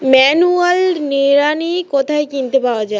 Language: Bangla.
ম্যানুয়াল নিড়ানি কোথায় কিনতে পাওয়া যায়?